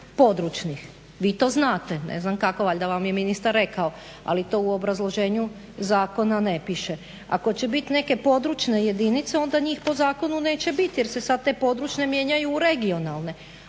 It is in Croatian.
područnih. Vi to znate, ne znam kako, valjda vam je ministar rekao, ali to u obrazloženju zakona ne piše. Ako će biti neke područne jedinice onda njih po zakonu neće bit, jer se sad te područne mijenjaju u regionalne,